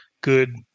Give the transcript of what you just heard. good